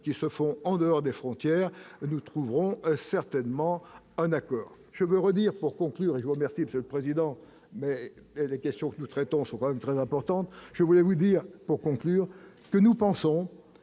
qui se font en dehors des frontières nous trouverons certainement un accord, je veux redire pour conclure et je vous remercie, Monsieur le Président, mais elle la question que nous traitons sont quand même très importante, je voulais vous dire pour conclure que nous pensons